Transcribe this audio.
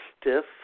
stiff